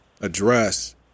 address